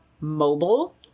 mobile